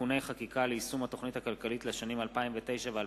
(תיקוני חקיקה ליישום התוכנית הכלכלית לשנים 2009 ו-2010),